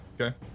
Okay